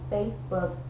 Facebook